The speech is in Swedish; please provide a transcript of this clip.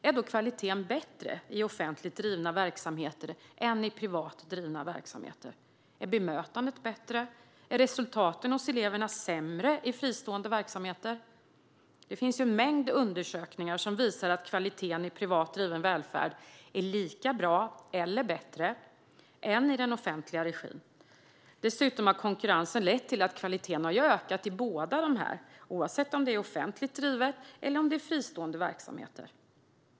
Är då kvaliteten bättre i offentligt drivna verksamheter än i privat drivna verksamheter? Är bemötandet bättre? Är elevernas resultat sämre i fristående verksamheter? Det finns en mängd undersökningar som visar att kvaliteten i privat driven välfärd är lika bra som eller bättre än i den som sker i offentlig regi. Dessutom har konkurrensen lett till att kvaliteten har ökat både i offentligt drivna och i fristående verksamheter.